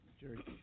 Jerry